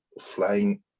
flying